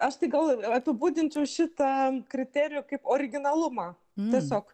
aš tai gal apibūdinčiau šitą kriterijų kaip originalumą tiesiog